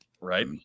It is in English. right